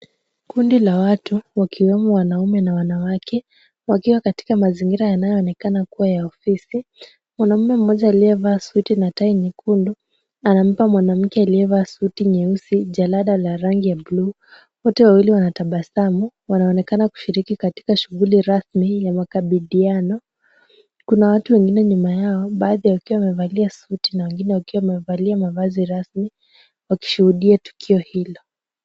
Kundi la watu wakiwemo wanaumme na wanawake wakiwa katika mazingira yanayoonekana kuwa ya ofisi. Mwanamme mmoja aliyeonekana amevaa suti na tai nyekundu anampa mwanamke aliyevaa suti nyeusi jelada ya rangi ya bulu. Wote wawili wanatabasamu, wanaonekana kushiriki katika shughuli rasmi ya makubaliano. Kuna watu wengine nyuma yao, baadhi wakiwa wamevalia suti na wengine wakiwa wamevalia mavazi rasmi wakishuhudia tukio hilo.